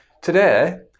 Today